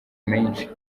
menshi